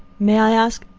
may i ask?